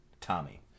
tommy